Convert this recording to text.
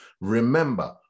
remember